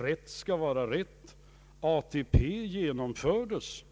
Rätt skall vara rätt — ATP genomfördes